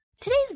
Today's